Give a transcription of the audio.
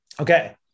Okay